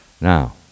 Now